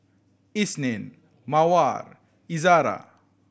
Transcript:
Isnin Mawar Izara